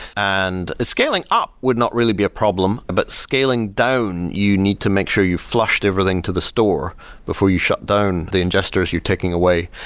and scaling up would not really be a problem. but scaling down, you need to make sure you flushed everything to the store before you shut down the ingesters you're taking away.